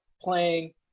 playing